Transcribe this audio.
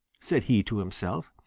said he to himself.